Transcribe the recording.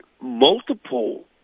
multiple